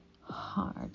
hard